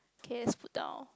okay let's put down